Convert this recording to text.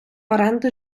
оренди